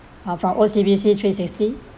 uh from O_C_B_C three sixty